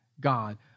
God